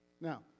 Now